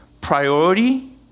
priority